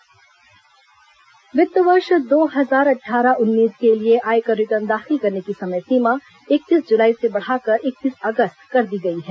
आयकर रिटर्न समय सीमा वित्त वर्ष दो हजार अट्ठारह उन्नीस के लिए आयकर रिटर्न दाखिल करने की समय सीमा इकतीस जुलाई से बढ़ाकर इकतीस अगस्त कर दी गई है